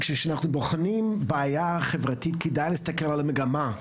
כשבוחנים בעיה חברתית כדאי להסתכל על המגמה,